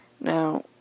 Now